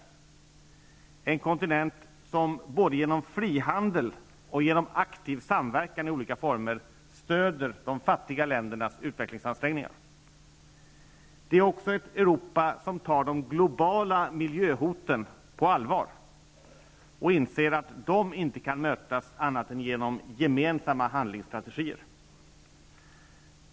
Det är en kontinent som både genom frihandel och aktiv samverkan i olika former stöder de fattiga ländernas utvecklingsansträngningar. Det är också ett Europa som tar de globala miljöhoten på allvar och inser att de inte kan mötas annat än genom gemensamma handlingsstrategier.